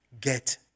get